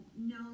no